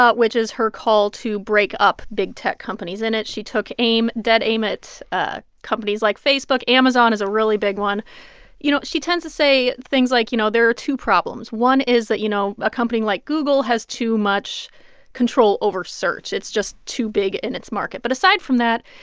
ah which is her call to break up big tech companies. in it, she took aim dead aim at ah companies like facebook. amazon is a really big one you know, she tends to say things like, you know, there are two problems. one is that, you know, a company like google has too much control over search. it's just too big in its market. but aside from that,